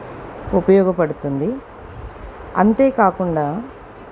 ఉపయోగపడుతుంది అంతేకాకుండా